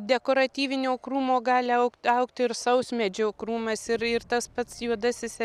dekoratyvinio krūmo gali augt augt ir sausmedžio krūmas ir ir tas pats juodasis